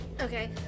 Okay